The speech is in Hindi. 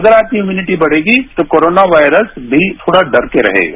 अगर आपकी इम्यूनिटी बढ़ेगी तो कोरोना वायरस मी थोड़ा डर कर रहेगा